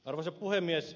arvoisa puhemies